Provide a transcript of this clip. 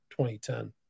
2010